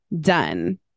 done